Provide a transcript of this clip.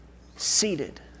seated